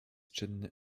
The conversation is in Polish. czynny